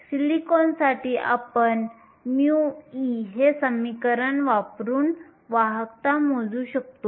सिलिकॉनसाठी आपण μe हे समीकरण वापरून वाहकता मोजू शकतो